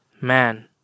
Man